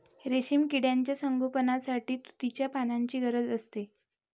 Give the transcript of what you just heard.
रेशीम किड्यांच्या संगोपनासाठी तुतीच्या पानांची गरज असते